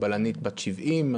הבלנית בת שבעים,